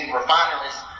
refineries